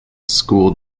school